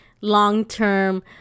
long-term